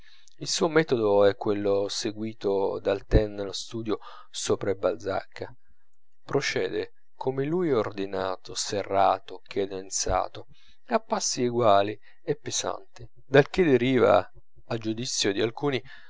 il suo metodo è quello seguito dal taine nello studio sopra il balzac procede come lui ordinato serrato cadenzato a passi eguali e pesanti dal che deriva a giudizio di alcuni